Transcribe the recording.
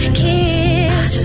kiss